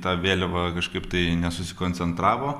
tą vėliavą kažkaip tai nesusikoncentravo